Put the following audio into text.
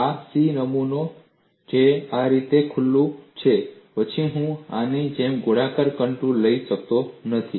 આ C નમૂનાની જેમ આ રીતે ખુલ્લું છે પછી હું આની જેમ ગોળાકાર કોન્ટૂર લઈ શકતો નથી